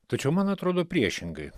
tačiau man atrodo priešingai